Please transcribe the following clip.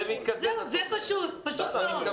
זה פשוט מאוד.